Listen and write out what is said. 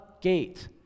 gate